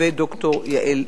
וד"ר יעל נץ.